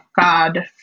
God